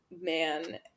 man